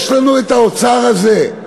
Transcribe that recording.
יש לנו את האוצר הזה,